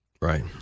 Right